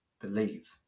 believe